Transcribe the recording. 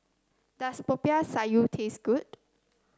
does Popiah Sayur taste good